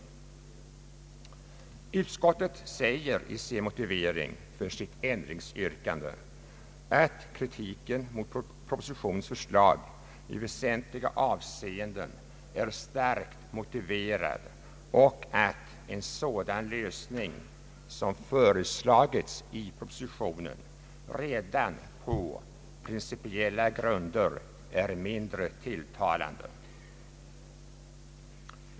Utskottet säger i sin motivering för ändringsyrkandet att kritiken mot propositionen i väsentliga avseenden är starkt motiverad och att en sådan lösning, som föreslagits i propositionen, redan på principiella grunder är mindre tilltalande.